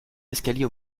escalier